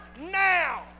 now